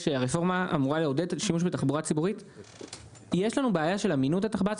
נציג מועצת התלמידים,